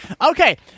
Okay